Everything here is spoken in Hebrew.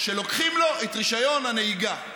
שלוקחים לו את רישיון הנהיגה.